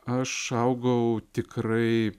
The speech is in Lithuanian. aš augau tikrai